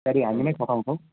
गाडी हामी नै पठाउँछौँ